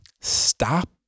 stop